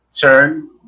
turn